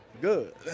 good